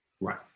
Right